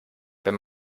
wenn